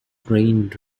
drained